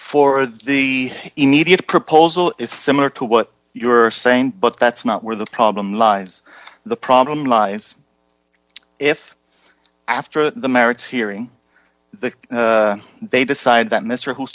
for the immediate proposal is similar to what you're saying but that's not where the problem lies the problem lies if after the merits hearing they decide that mr